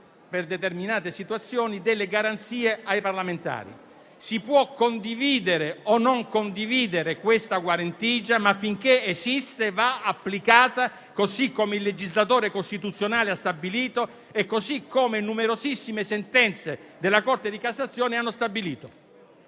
per determinate situazioni, delle garanzie ai parlamentari. Si può condividere o non condividere questa guarentigia, ma finché esiste essa va applicata, così come il legislatore costituzionale ha stabilito e così come numerosissime sentenze della Corte di cassazione hanno stabilito.